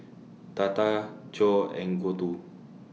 Tata Choor and Gouthu